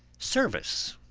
service.